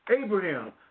Abraham